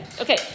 Okay